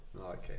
Okay